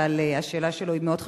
אבל השאלה שלו היא מאוד חשובה,